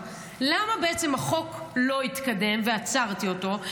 למה החוק לא התקדם ועצרתי אותו?